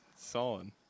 solid